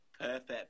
perfect